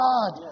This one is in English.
God